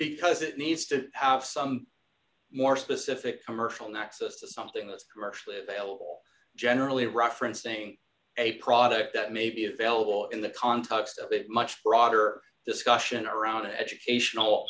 because it needs to have some more specific commercial not systems something that's commercially available generally referencing a product that may be available in the context of that much broader discussion around an educational